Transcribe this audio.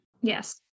Yes